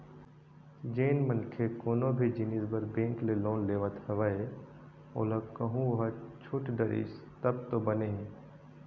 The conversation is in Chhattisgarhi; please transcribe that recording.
जेन मनखे कोनो भी जिनिस बर बेंक ले लोन लेवत हवय ओला कहूँ ओहा छूट डरिस तब तो बने हे